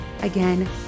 Again